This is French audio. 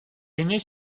émet